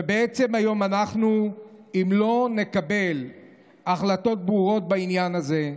ובעצם היום אם לא נקבל החלטות ברורות בעניין הזה,